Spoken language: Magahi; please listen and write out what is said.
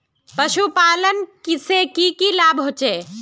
पशुपालन से की की लाभ होचे?